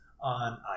on